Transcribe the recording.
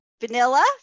vanilla